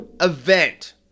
event